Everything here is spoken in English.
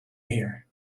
here